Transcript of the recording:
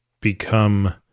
become